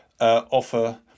offer